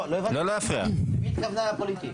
לא הבנתי למי היא התכוונה א-פוליטי.